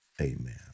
Amen